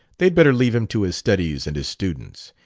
they'd better leave him to his studies and his students.